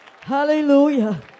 hallelujah